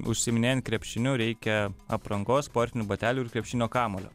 užsiiminėjant krepšiniu reikia aprangos sportinių batelių ir krepšinio kamuolio